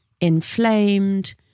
inflamed